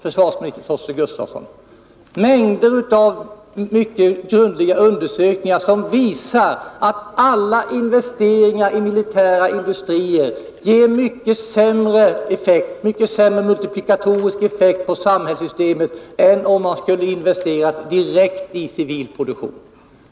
Försvarsminister Gustafsson, det finns mängder av grundliga undersökningar som visar att alla investeringar i militära industrier ger mycket sämre effekt, mycket sämre multiplikatorisk effekt, på samhällssystemet än investeringar som görs direkt i civil produktion.